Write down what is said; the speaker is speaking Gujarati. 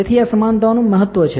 તેથી આ સમાનતાઓનું મહત્વ છે